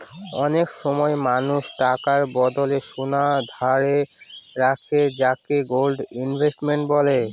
অনেক সময় মানুষ টাকার বদলে সোনা ধারে রাখে যাকে গোল্ড ইনভেস্টমেন্ট বলে